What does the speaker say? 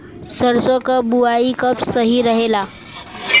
सरसों क बुवाई कब सही रहेला?